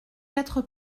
quatre